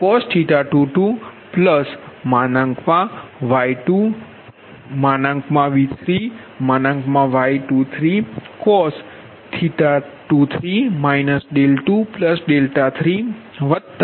હવે ધારો કે તમેPik ધ્યાન મા લો છો તો